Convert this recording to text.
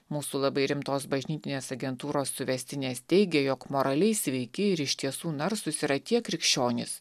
mūsų labai rimtos bažnytinės agentūros suvestinės teigė jog moraliai sveiki ir iš tiesų narsūs yra tie krikščionys